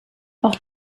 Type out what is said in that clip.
auch